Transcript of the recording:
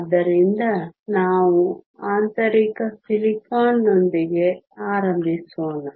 ಆದ್ದರಿಂದ ನಾವು ಆಂತರಿಕ ಸಿಲಿಕಾನ್ ನೊಂದಿಗೆ ಆರಂಭಿಸೋಣ